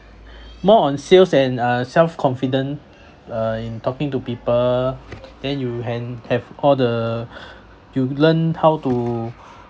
more on sales and uh self confident uh in talking to people then you han~ have all the you learn how to